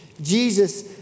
Jesus